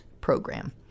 program